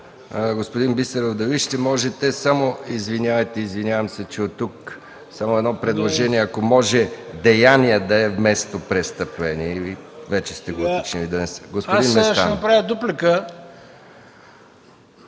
Аз ще направя дуплика.